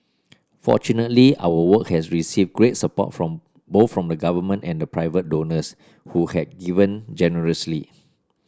fortunately our work has received great support from both from the Government and the private donors who had given generously